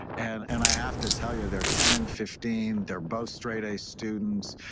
and and i have to tell you they're ten and fifteen. they're both straight-a students.